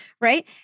right